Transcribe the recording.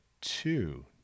two